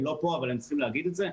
הם לא פה אבל הם צריכים להגיד את זה,